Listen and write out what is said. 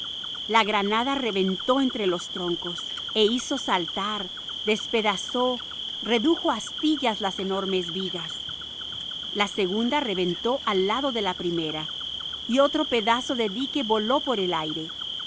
la granada reventó contra los troncos hizo saltar despedazó redujo a astillas las enormes vigas la segunda reventó al lado de la primera y otro pedazo de dique voló por el aire